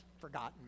forgotten